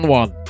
one